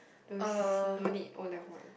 those don't need O-level one